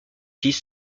six